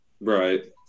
right